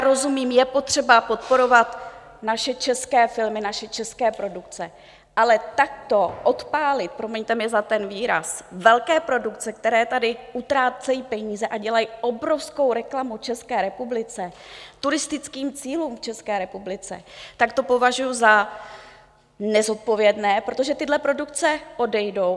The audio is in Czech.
Rozumím, je potřeba podporovat naše české filmy, naše české produkce, ale takto odpálit promiňte mi ten výraz velké produkce, které tady utrácejí peníze a dělají obrovskou reklamu České republice, turistickým cílům v České republice, to považuji za nezodpovědné, protože tyto produkce odejdou.